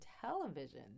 television